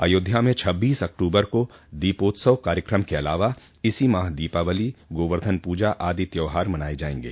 अयोध्या में छब्बीस अक्टूबर को दीपोत्सव कार्यक्रम के अलावा इसी माह दीपावली गोवर्धन पूजा आदि त्यौहार मनाये जायेंगे